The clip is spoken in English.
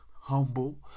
humble